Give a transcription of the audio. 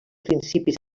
principis